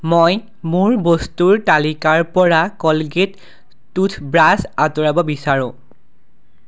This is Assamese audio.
মই মোৰ বস্তুৰ তালিকাৰপৰা কলগেট টুথব্ৰাছ আঁতৰাব বিচাৰোঁ